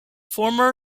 former